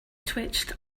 twitched